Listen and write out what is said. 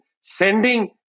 sending